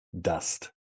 dust